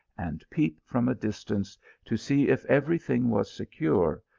and peep from a distance to see if every thing was secure,